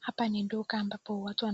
Hapa ni duka ambapo watu